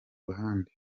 ruhande